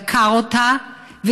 דקר אותה,